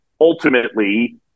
ultimately